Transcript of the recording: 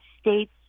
states